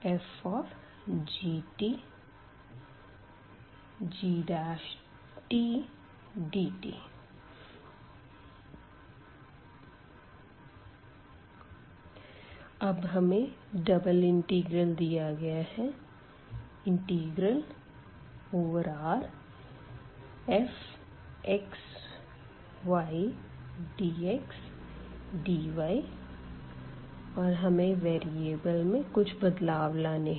cdfgtgdt अब हमें double integral दिया गया है ∬Rfxydxdy और हमें वेरीअबल में कुछ बदलाव लाने है